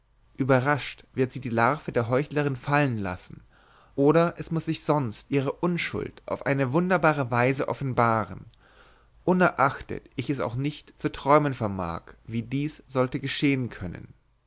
überrascht wird sie die larve der heuchlerin fallen lassen oder es muß sich sonst ihre unschuld auf eine wunderbare weise offenbaren unerachtet ich es auch nicht zu träumen vermag wie dies sollte geschehen können